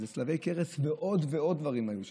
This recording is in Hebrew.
צלבי קרס ועוד עוד דברים היו שם.